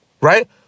right